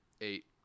Eight